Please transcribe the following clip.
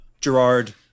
Gerard